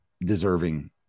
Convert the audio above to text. deserving